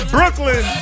Brooklyn